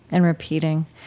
and repeating.